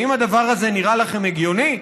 האם הדבר הזה נראה לכם הגיוני?